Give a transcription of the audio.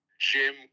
Jim